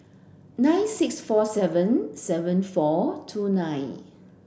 nine six four seven seven four two nine